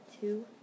two